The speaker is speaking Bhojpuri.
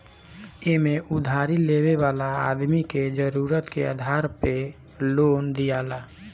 एमे उधारी लेवे वाला आदमी के जरुरत के आधार पे लोन दियाला